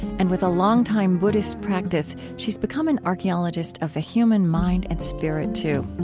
and with a longtime buddhist practice, she's become an archeologist of the human mind and spirit too.